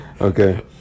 Okay